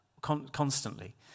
constantly